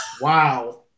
Wow